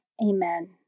Amen